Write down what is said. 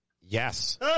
Yes